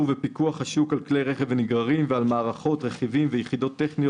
תקן E.E.C (E.C) 2007/46 הנוגע לאישור ופיקוח השוק על כלי רכב ונגררים,